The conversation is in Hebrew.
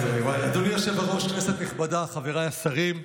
אדוני היושב-ראש, כנסת נכבדה, חבריי השרים,